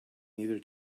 neither